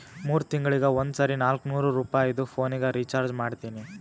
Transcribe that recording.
ಮೂರ್ ತಿಂಗಳಿಗ ಒಂದ್ ಸರಿ ನಾಕ್ನೂರ್ ರುಪಾಯಿದು ಪೋನಿಗ ರೀಚಾರ್ಜ್ ಮಾಡ್ತೀನಿ